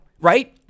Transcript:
right